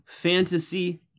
fantasy